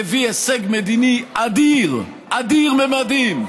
מביא הישג מדיני אדיר, אדיר ממדים.